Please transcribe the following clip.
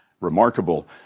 Remarkable